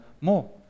more